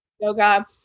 yoga